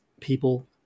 people